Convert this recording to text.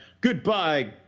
Goodbye